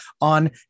on